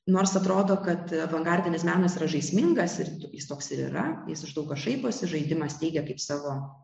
nors atrodo kad avangardinis menas yra žaismingas ir jis toks ir yra jis iš daug ko šaiposi žaidimas teigia kaip savo